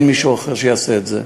אין מישהו אחר שיעשה את זה.